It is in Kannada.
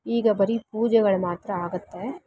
ಈಗ ಬರೀ ಪೂಜೆಗಳು ಮಾತ್ರ ಆಗತ್ತೆ